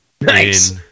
Nice